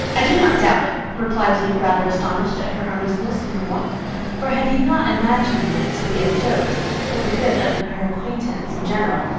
i do not doubt it, replied he, rather astonished at her earnestness and warmth for had he not imagined it to be a joke for the good of her acquaintance in general,